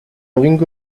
loving